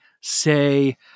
say